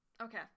Okay